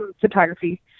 photography